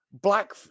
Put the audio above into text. Black